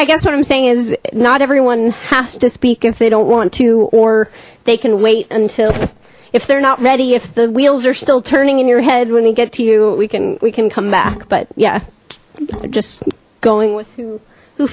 i guess what i'm saying is not everyone has to speak if they don't want to or they can wait until if they're not ready if the wheels are still turning in your head when they get to you we can we can come back but yeah just going with